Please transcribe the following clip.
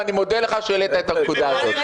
ואני מודה לך שהעלית את הנקודה הזאת.